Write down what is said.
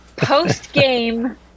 Post-game